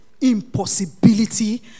impossibility